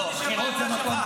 לא, אני שואל מה העמדה שלך.